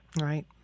Right